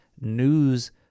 news